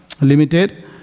limited